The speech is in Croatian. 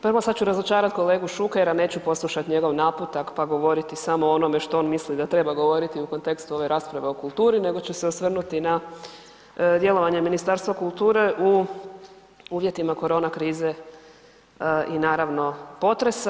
Prvo, sad ću razočarat kolegu Šukera, neću poslušat njegov naputak, pa govoriti samo o onome što on misli da treba govoriti u kontekstu ove rasprave o kulturi nego ću se osvrnuti na djelovanje Ministarstva kulture u uvjetima korona krize i naravno potresa.